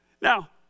Now